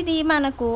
ఇది మనకు